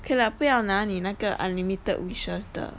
okay lah 不要拿你那个 unlimited wishes 的